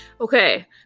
Okay